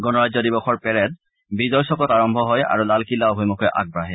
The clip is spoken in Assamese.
গণৰাজ্য দিৱসৰ পেৰেড বিজয় চকত আৰম্ভ হয় আৰু লালকিল্লা অভিমুখে আগবাঢ়ে